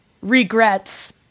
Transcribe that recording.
Regrets